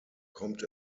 kommt